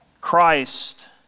Christ